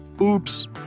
Oops